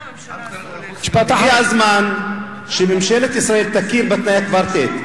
הגיע הזמן שממשלת ישראל תכיר בתנאי הקוורטט,